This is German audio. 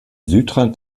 südrand